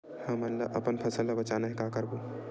हमन ला अपन फसल ला बचाना हे का करबो?